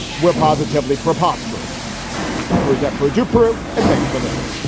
we're positively preposterous. we're pretty desperate to prove. and thanks for listening